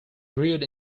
brewed